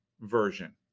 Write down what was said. version